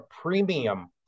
premium